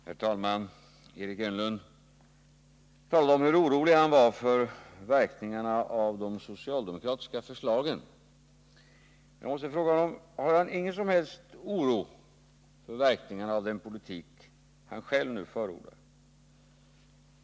Herr talman! Eric Enlund talar om hur orolig han är för verkningarna av de socialdemokratiska förslagen. Jag måste fråga honom: Hyser Eric Enlund ingen som helst oro för verkningarna av den politik som han själv nu förordar?